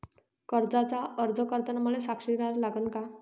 कर्जाचा अर्ज करताना मले साक्षीदार लागन का?